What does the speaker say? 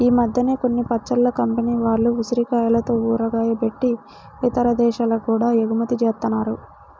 ఈ మద్దెన కొన్ని పచ్చళ్ళ కంపెనీల వాళ్ళు ఉసిరికాయలతో ఊరగాయ బెట్టి ఇతర దేశాలకి గూడా ఎగుమతి జేత్తన్నారు